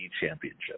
championship